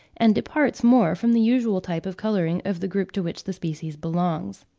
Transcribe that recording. and departs more from the usual type of colouring of the group to which the species belongs.